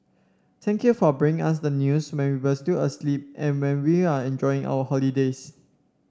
thank you for bringing us the news when we are still asleep and when we are enjoying our holidays